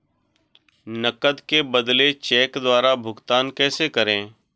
नकद के बदले चेक द्वारा भुगतान कैसे करें?